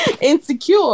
Insecure